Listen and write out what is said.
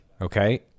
okay